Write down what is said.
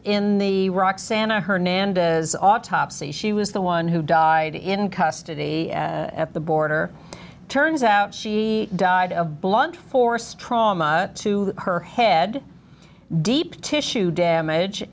in the roxana hernandez autopsy she was the one who died in custody at the border turns out she died of blunt force trauma to her head deep tissue damage